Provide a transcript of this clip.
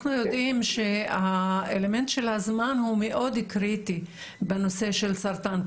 אנחנו יודעים שהאלמנט של הזמן הוא מאוד קריטי בנושא של סרטן,